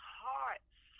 hearts